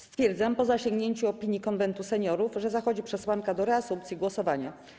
Stwierdzam, po zasięgnięciu opinii Konwentu Seniorów, że zachodzi przesłanka do reasumpcji głosowania.